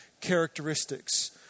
characteristics